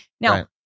Now